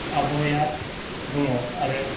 आबहावाया दङ आरो